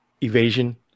evasion